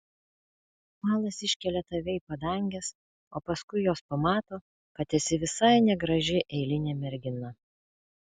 malas iškelia tave į padanges o paskui jos pamato kad esi visai negraži eilinė mergina